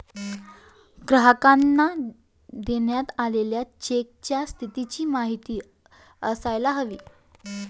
ग्राहकांना देण्यात आलेल्या चेकच्या स्थितीची माहिती असायला हवी